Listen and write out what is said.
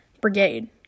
brigade